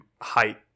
height